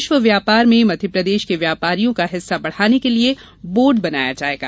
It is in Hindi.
विश्व व्यापार में मध्यप्रदेश के व्यापारियों का हिस्सा बढ़ाने के लिये बोर्ड बनाया जायेगा